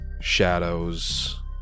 shadows